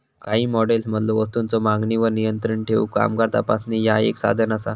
काही मॉडेल्समधलो वस्तूंच्यो मागणीवर नियंत्रण ठेवूक कामगार तपासणी ह्या एक साधन असा